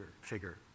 figure